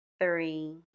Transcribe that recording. three